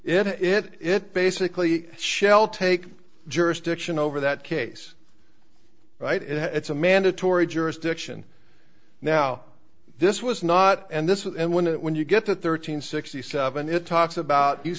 it it basically shell take jurisdiction over that case right it's a mandatory jurisdiction now this was not and this was and when it when you get the thirteen sixty seven it talks about you